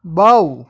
বাৰু